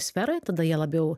sferoj tada jie labiau